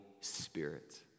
spirit